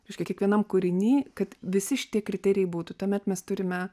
reiškia kiekvienam kūriny kad visi šitie kriterijai būtų tuomet mes turime